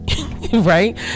Right